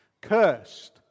Cursed